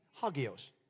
hagios